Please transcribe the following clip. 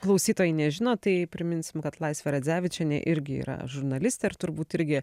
klausytojai nežino tai priminsim kad laisvė radzevičienė irgi yra žurnalistė ir turbūt irgi